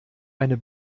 eine